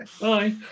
bye